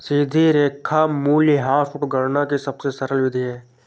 सीधी रेखा मूल्यह्रास गणना की सबसे सरल विधि है